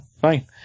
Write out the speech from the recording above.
fine